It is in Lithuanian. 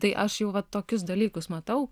tai aš jau va tokius dalykus matau